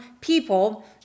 people